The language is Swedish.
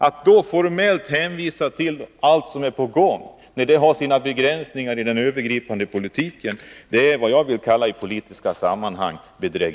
Att då formellt hänvisa till allt som är på gång, när det har sina begränsningar i den övergripande politiken, det är vad jag vill kalla bedrägeri i politiska sammanhang.